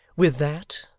with that,